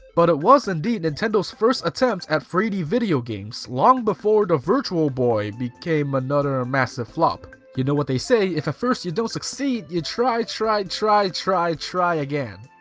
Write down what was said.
but it was indeed nintendo's first attempt at three d video games, long before the virtual boy, became another ah massive flop. you know what they say, if at first you don't succeed, you try, try, try, try, try again.